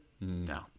No